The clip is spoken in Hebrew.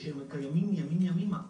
שקיימים מימים ימימה,